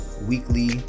weekly